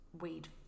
weed